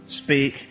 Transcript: speak